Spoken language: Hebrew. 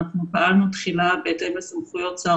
אנחנו פעלנו תחילה בהתאם לסמכויות שר